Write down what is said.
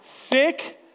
Sick